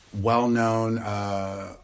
well-known